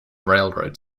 railroad